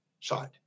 side